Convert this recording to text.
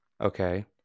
Okay